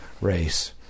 race